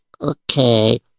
okay